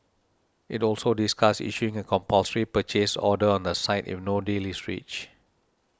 it also discussed issuing a compulsory purchase order on the site if no deal is reached